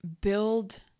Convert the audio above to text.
build